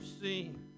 seen